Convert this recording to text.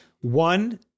one